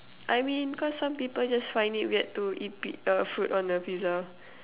I mean cause some people just find it weird to eat pi~ uh fruit on a pizza